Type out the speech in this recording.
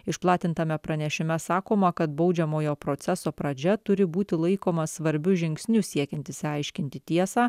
išplatintame pranešime sakoma kad baudžiamojo proceso pradžia turi būti laikoma svarbiu žingsniu siekiant išsiaiškinti tiesą